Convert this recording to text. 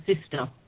sister